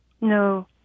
No